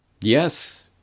Yes